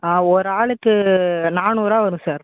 ஆ ஒரு ஆளுக்கு நானூறு ரூவா வரும் சார்